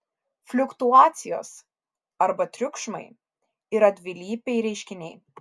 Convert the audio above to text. fliuktuacijos arba triukšmai yra dvilypiai reiškiniai